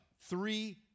Three